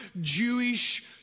Jewish